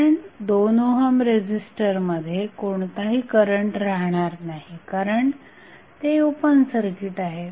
कारण 2 ओहम रेझिस्टरमध्ये कोणताही करंट राहणार नाही कारण ते ओपनसर्किट आहे